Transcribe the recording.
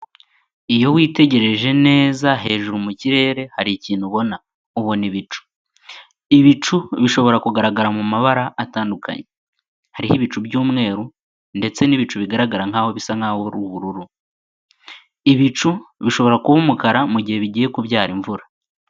Iyo witegereje neza hejuru mu kirere hari ikintu ubona, ubona ibicu, ibicu bishobora kugaragara mu mabara atandukanye, hariho ibicu by'umweru ndetse n'ibicu bigaragara nk'aho bisa nk'aho ari ubururu, ibicu bishobora kuba umukara mugihe bigiye kubyara imvura.